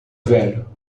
velho